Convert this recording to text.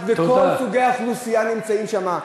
-- וכל סוגי האוכלוסייה נמצאים שם,